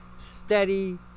Steady